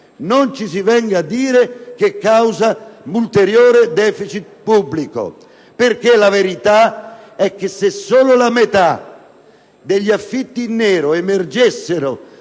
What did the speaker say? Non ci si venga a dire che è causa di ulteriore deficit pubblico, perché la verità è che se solo la metà degli affitti in nero emergesse